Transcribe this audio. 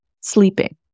sleeping